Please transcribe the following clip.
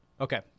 Okay